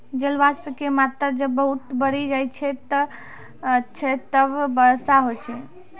जलवाष्प के मात्रा जब बहुत बढ़ी जाय छै तब वर्षा होय छै